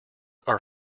are